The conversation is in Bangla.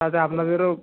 তাতে আপনাদেরও